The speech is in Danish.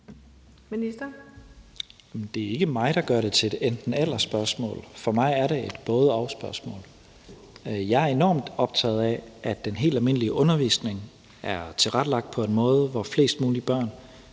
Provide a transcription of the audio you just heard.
Det er ikke mig, der gør det til et enten-eller-spørgsmål. For mig er det et både-og-spørgsmål. Jeg er enormt optaget af, at den helt almindelige undervisning er tilrettelagt på en måde, så flest mulige børn